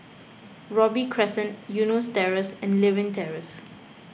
Robey Crescent Eunos Terrace and Lewin Terrace